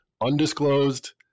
undisclosed